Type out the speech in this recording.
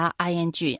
ing